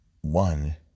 one